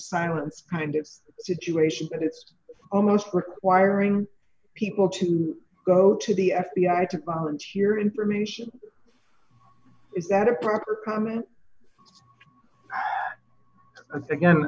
silence kind of situation but it's almost requiring people to go to the f b i took volunteer information is that a proper comment again